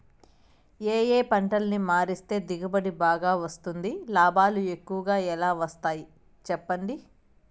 ఏ ఏ పంటలని మారిస్తే దిగుబడి బాగా వస్తుంది, లాభాలు ఎక్కువగా ఎలా వస్తాయి సెప్పండి